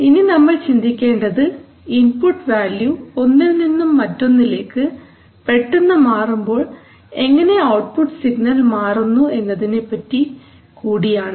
ഇനി നമ്മൾ ചിന്തിക്കേണ്ടത് ഇൻപുട്ട് വാല്യൂ ഒന്നിൽ നിന്നും മറ്റൊന്നിലേക്ക് പെട്ടെന്ന് മാറുമ്പോൾ എങ്ങനെ ഔട്ട്പുട്ട് സിഗ്നൽ മാറുന്നു എന്നതിനെപ്പറ്റി കൂടിയാണ്